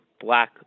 black